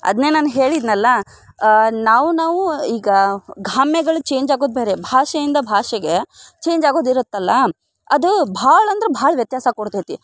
ಅದನ್ನೇ ನಾನು ಹೇಳಿದೆನಲ್ಲ ನಾವು ನಾವು ಈಗ ಗಾಮ್ಯಗಳು ಚೇಂಜ್ ಆಗೋದು ಬೇರೆ ಭಾಷೆಯಿಂದ ಭಾಷೆಗೆ ಚೇಂಜ್ ಆಗೋದು ಇರುತ್ತಲ್ಲ ಅದು ಭಾಳ ಅಂದ್ರೆ ಭಾಳ ವ್ಯತ್ಯಾಸ ಕೊಡ್ತೈತಿ